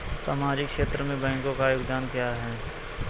सामाजिक क्षेत्र में बैंकों का योगदान क्या है?